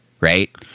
Right